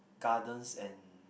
gardens and